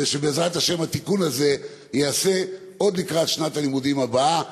ושבעזרת השם התיקון הזה ייעשה עוד לקראת שנת הלימודים הבאה.